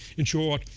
in short,